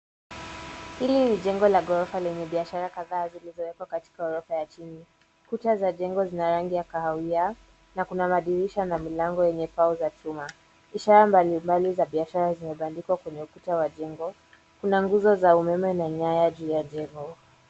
Hili ni jengo la ghorofa lenye biashara kadhaa zilizowekwa katika ghorofa ya chini. Kuta za jengo zina rangi ya kahawia na kuna madirisha na milango yenye pau za chuma. Ishara mbalimbali za biashara zimebandikwa kwenye ukuta wa jengo, kuna nguzo za umeme na nyaya juu ya jengo.